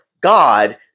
God